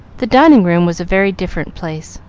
the dining-room was a very different place,